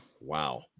Wow